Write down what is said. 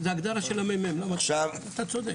זה הגדרה של הממ"מ, אתה צודק.